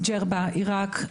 ג'רבה,